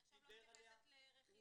אני עכשיו לא מתייחסת לרכילות.